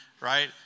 right